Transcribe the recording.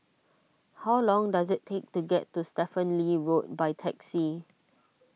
how long does it take to get to Stephen Lee Road by taxi